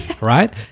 Right